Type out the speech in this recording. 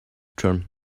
turned